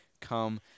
come